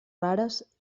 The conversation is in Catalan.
rares